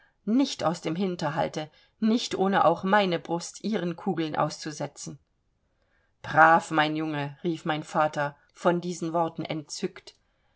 nicht aus dem hinterhalte nicht ohne auch meine brust ihren kugeln auszusetzen brav mein junge rief mein vater von diesen worten entzückt